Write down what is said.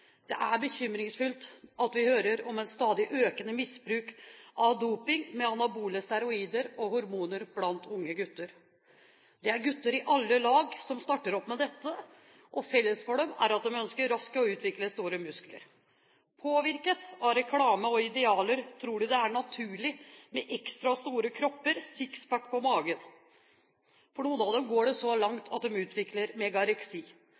Det er bekymringsfullt at vi hører om et stadig økende misbruk av doping med anabole steroider og hormoner blant unge gutter. Det er gutter i alle lag som starter opp med dette, og felles for dem er at de ønsker å utvikle store muskler raskt. Påvirket av reklame og idealer tror de det er naturlig med ekstra store kropper og «six-pack» på magen. For noen av dem går det så langt at de utvikler megareksi. Med